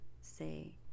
say